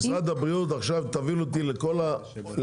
משרד הבריאות תוביל אותי עכשיו לכל הארץ,